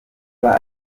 aba